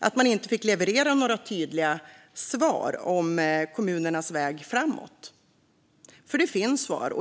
att man inte fick leverera några tydliga svar om kommunernas väg framåt i den nyligen presenterade utredningen om incitament till kommunerna för byggnation av vindkraft. För det finns svar.